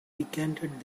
decanted